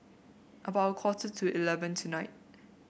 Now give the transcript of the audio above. about a quarter to eleven tonight